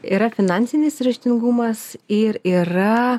yra finansinis raštingumas ir yra